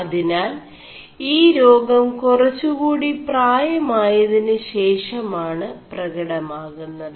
അതിനാൽ ഈ േരാഗം കുറggകൂടി 4പായമായതിനു േശഷമാണു 4പകടമാകുMത്